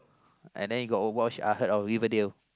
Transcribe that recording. and then you got watch uh heard of Riverdale